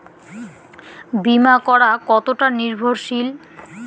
বীমা করা কতোটা নির্ভরশীল?